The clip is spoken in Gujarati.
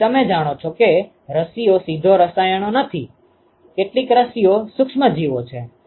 તેથી તમે જાણો છો કે રસીઓ સીધો રસાયણો નથી કેટલીક રસીઓ સૂક્ષ્મજીવો છે